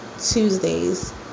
Tuesdays